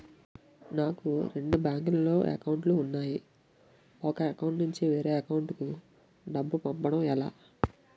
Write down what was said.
నాకు రెండు బ్యాంక్ లో లో అకౌంట్ లు ఉన్నాయి ఒక అకౌంట్ నుంచి వేరే అకౌంట్ కు డబ్బు పంపడం ఎలా?